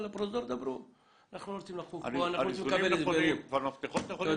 על איזונים נכונים ועל מפתחות נכונים.